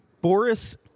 Boris